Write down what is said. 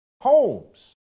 homes